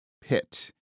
pit